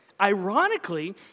Ironically